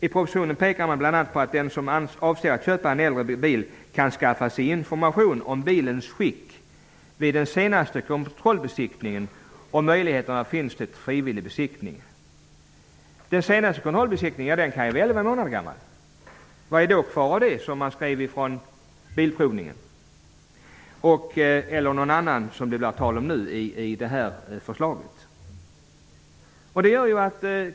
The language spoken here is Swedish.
I propositionen pekar man bl.a. på att den som avser att köpa en äldre bil kan skaffa sig information om bilens skick vid den senaste kontrollbesiktningen och att möjligheter finns till frivillig besiktning.'' Den senaste kontrollbesiktningen kan vara elva månader gammal. Hur mycket stämmer då av vad som skrevs av bilprovningen, eller av någon annan, vilket skulle vara möjligt enligt detta förslag?